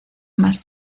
más